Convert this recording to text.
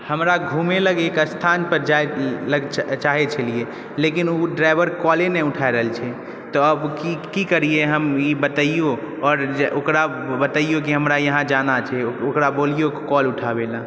हमरा घुमयलऽ एक स्थान पर जाइलऽ चाहय छलिए लेकिन ओ ड्राइवर कॉलए नहि उठा रहल छै तऽ आब कि करिए हम इ बतयऔ आओर एकरा इ बतयऔ कि हमरा यहाँ जाना छै ओकरा बोलिओ कॉल उठाबएलऽ